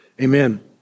Amen